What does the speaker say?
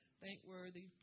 Thankworthy